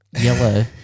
yellow